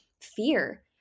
fear